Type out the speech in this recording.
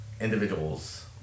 individuals